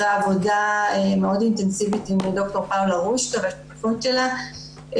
אחרי עבודה מאוד אינטנסיבית עם ד"ר פאולה רושקה והשותפות שלה,